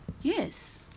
Yes